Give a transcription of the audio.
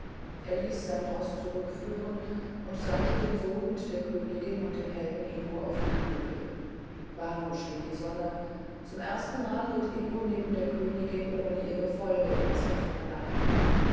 er ließ sein roß zurückführen und sandte den sohn mit der königin und dem helden ingo auf die hügel warm schien die sonne zum erstenmal ritt ingo neben der königin ohne ihr gefolge in das offene land